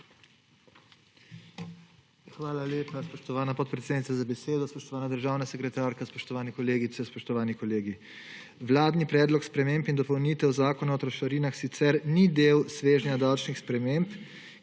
Hvala lepa spoštovana podpredsednica za besedo. Spoštovana državna sekretarka, spoštovane kolegice, spoštovani kolegi. Vladni predlog sprememb in dopolnitev Zakona o trošarinah sicer ni del svežnja davčnih sprememb,